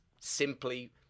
simply